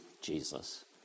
Jesus